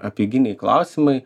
apeiginiai klausimai